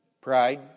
Pride